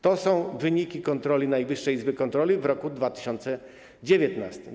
To są wyniki kontroli Najwyższej Izby Kontroli w roku 2019.